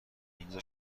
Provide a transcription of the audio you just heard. اینجا